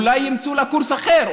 אולי ימצאו לה קורס אחר,